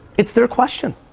it's their question.